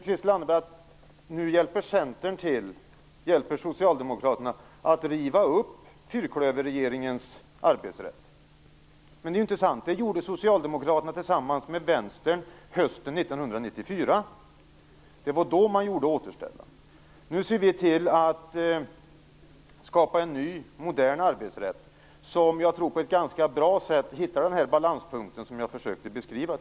Christel Anderberg säger att Centern nu hjälper Socialdemokraterna med att riva upp fyrklöverregeringens arbetsrätt. Det är inte sant. Det gjorde ju Socialdemokraterna tillsammans med Vänstern hösten 1994. Det var då man gjorde återställaren. Nu ser vi till att en ny och modern arbetsrätt skapas som innebär, tror jag, att det på ett ganska bra sätt går att hitta den balanspunkt som jag tidigare försökte beskriva.